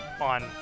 on